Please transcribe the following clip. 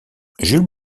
jules